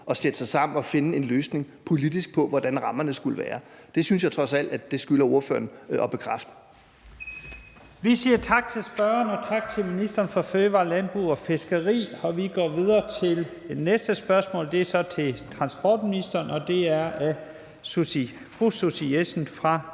at sætte sig sammen og finde en politisk løsning på, hvordan rammerne skulle være. Det synes jeg trods alt at spørgeren skylder at bekræfte. Kl. 15:42 Første næstformand (Leif Lahn Jensen): Vi siger tak til spørgeren og tak til ministeren for fødevarer, landbrug og fiskeri. Vi går videre til det næste spørgsmål, som er til transportministeren, og det er af fru Susie Jessen fra